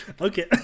Okay